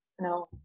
no